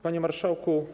Panie Marszałku!